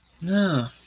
No